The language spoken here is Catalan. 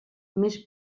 més